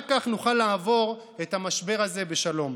רק כך נוכל לעבור את המשבר הזה בשלום.